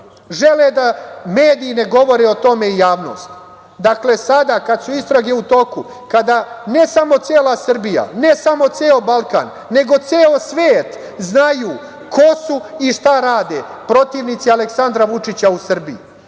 Žele da mediji ne govore o tome i javnost. Dakle, sada kada su istrage u toku, kada ne samo cela Srbija, ne samo ceo Balkan, nego ceo svet zna ko su i šta rade protivnici Aleksandra Vučića u Srbiji,